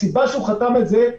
הסיבה שהוא חתם על זה היא